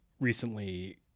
recently